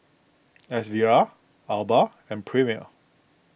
S V R Alba and Premier